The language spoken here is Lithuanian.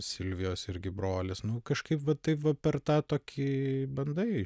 silvijos irgi brolis nu kažkaip va taip va per tą tokį bandai